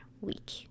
week